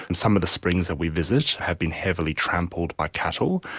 and some of the springs that we visit have been heavily trampled by cattle.